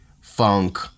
funk